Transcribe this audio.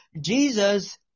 Jesus